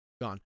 gone